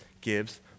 gives